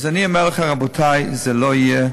אז אני אומר לכם, רבותי, זה לא יהיה.